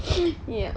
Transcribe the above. ya